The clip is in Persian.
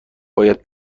باید